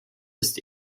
ist